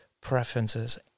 preferences